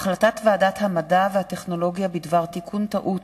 החלטת ועדת המדע והטכנולוגיה בדבר תיקון טעות